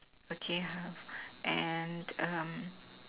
okay ha and um